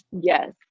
Yes